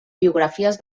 biografies